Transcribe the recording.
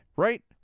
right